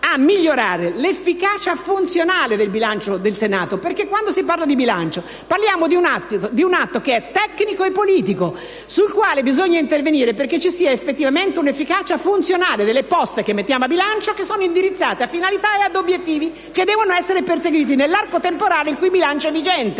a migliorare l'efficacia funzionale del bilancio del Senato. Quando si parla di bilancio, ci si riferisce ad un atto che è tecnico e politico, sul quale bisogna intervenire perché ci sia effettivamente un'efficacia funzionale delle poste che mettiamo a bilancio, che sono indirizzate a finalità e ad obiettivi che devono essere perseguiti nell'arco temporale in cui il bilancio è vigente.